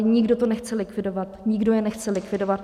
Nikdo to nechce likvidovat, nikdo je nechce likvidovat.